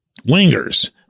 wingers